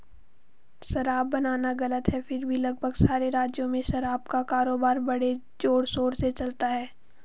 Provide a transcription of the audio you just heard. शराब बनाना गलत है फिर भी लगभग सारे राज्यों में शराब का कारोबार बड़े जोरशोर से चलता है